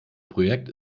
projekt